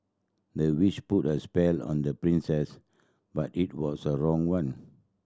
the witch put a spell on the princess but it was the wrong one